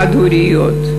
חד-הוריות.